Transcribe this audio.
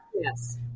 Yes